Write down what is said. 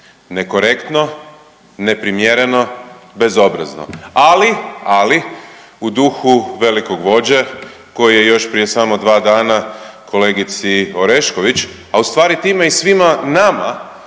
nekorektno, neprimjereno, bezobrazno. Ali u duhu velikog vođe koji je još prije samo dva dana kolegici Orešković, a u stvari time i svima nama